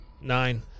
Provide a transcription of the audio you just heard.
Nine